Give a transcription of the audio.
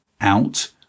out